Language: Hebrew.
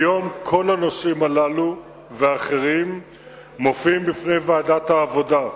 כיום כל הנושאים הללו ואחרים מופיעים בפני ועדת העבודה,